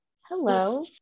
Hello